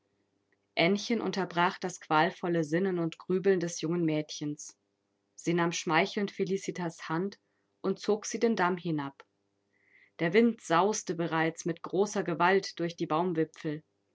aennchen unterbrach das qualvolle sinnen und grübeln des jungen mädchens sie nahm schmeichelnd felicitas hand und zog sie den damm hinab der wind sauste bereits mit großer gewalt durch die baumwipfel